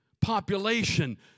population